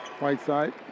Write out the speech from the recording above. Whiteside